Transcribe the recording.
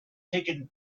taken